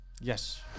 Yes